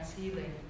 healing